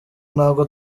ntabwo